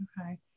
Okay